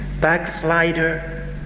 backslider